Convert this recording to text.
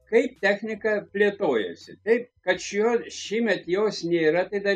kaip technika plėtojasi taip kad šiuo šįmet jos nėra tai dar